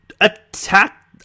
attack